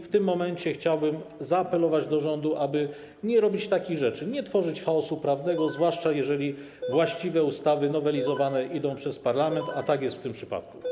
W tym momencie chciałbym zaapelować do rządu, aby nie robić takich rzeczy, nie tworzyć chaosu prawnego, zwłaszcza jeżeli właściwe ustawy nowelizowane idą przez parlament, a tak jest w tym przypadku.